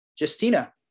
Justina